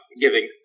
giving